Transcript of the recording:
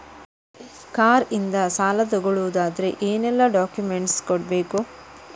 Car ಇಂದ ಸಾಲ ತಗೊಳುದಾದ್ರೆ ಏನೆಲ್ಲ ಡಾಕ್ಯುಮೆಂಟ್ಸ್ ಕೊಡ್ಬೇಕು?